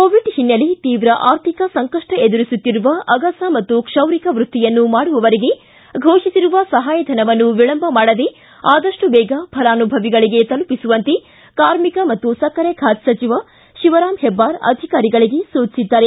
Covid ಹಿನ್ನೆಲೆ ತೀವ್ರ ಆರ್ಥಿಕ ಸಂಕಷ್ಷ ಎದುರಿಸುತ್ತಿರುವ ಅಗಸ ಮತ್ತು ಕ್ಷೌರಿಕ ವೃತ್ತಿಯನ್ನು ಮಾಡುವವರಿಗೆ ಘೋಷಿಸಿರುವ ಸಹಾಯ ಧನವನ್ನು ವಿಳಂಬ ಮಾಡದೆ ಆದಷ್ಟು ಬೇಗ ಫಲಾನುಭವಿಗಳಿಗೆ ತಲುಪಿಸುವಂತೆ ಕಾರ್ಮಿಕ ಮತ್ತು ಸಕ್ಕರೆ ಖಾತೆ ಸಚಿವ ಶಿವರಾಮ ಹೆಬ್ಲಾರ ಅಧಿಕಾರಿಗಳಿಗೆ ಸೂಚಿಸಿದ್ದಾರೆ